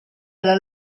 alla